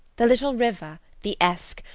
the little river, the esk,